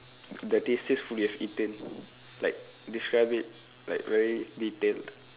the tastiest food you have eaten like describe it like very detailed